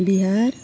Bihar